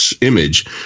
image